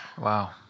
Wow